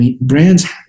brands